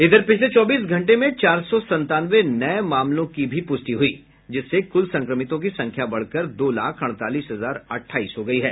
इधर पिछले चौबीस घंटे में चार सौ संतानवे नये मामलों की भी पुष्टि हुई जिससे कुल संक्रमितों की संख्या बढ़कर दो लाख अड़तालीस हजार अट्ठाईस हो गयी है